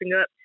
up